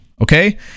Okay